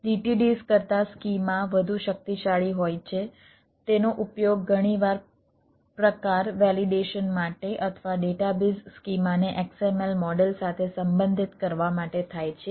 DTDs કરતાં schema વધુ શક્તિશાળી હોય છે તેનો ઉપયોગ ઘણીવાર પ્રકાર વેલિડેશન સ્કીમાને XML મોડેલ સાથે સંબંધિત કરવા માટે થાય છે